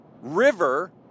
river